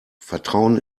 vertrauen